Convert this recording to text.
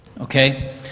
Okay